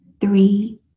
three